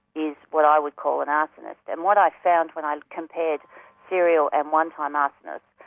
is what i would call an arsonist. and what i found when i compared serial and one-time arsonists,